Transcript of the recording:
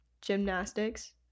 gymnastics